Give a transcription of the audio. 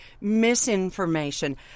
misinformation